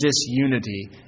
disunity